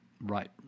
right